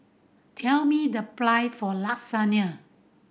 tell me the price of Lasagne